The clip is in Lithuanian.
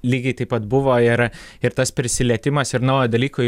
lygiai taip pat buvo ir ir tas prisilietimas ir naujo dalyko